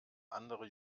andere